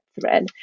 thread